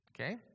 Okay